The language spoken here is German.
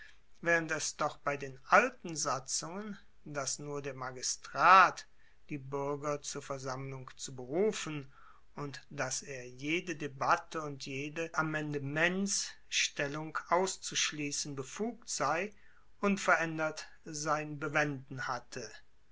waehrend es doch bei den alten satzungen dass nur der magistrat die buerger zur versammlung zu berufen und dass er jede debatte und jede amendementsstellung auszuschliessen befugt sei unveraendert sein bewenden hatte